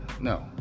no